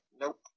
nope